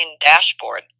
dashboard